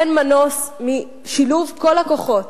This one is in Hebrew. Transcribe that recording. אין מנוס משילוב כל הכוחות,